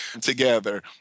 together